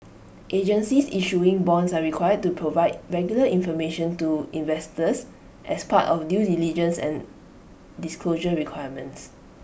agencies issuing bonds are required to provide regular information to investors as part of due diligence and disclosure requirements